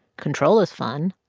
control is fun.